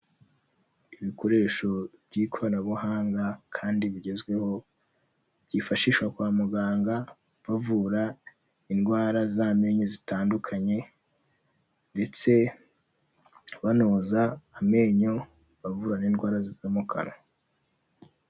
Ibikoresho by'ikoranabuhanga kandi bigezweho, byifashishwa kwa muganga bavura indwara z'amenyo zitandukanye ndetse banoza amenyo bavura n'indwara zo mu kanwa.